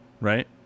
right